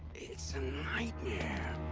it's a nightmare!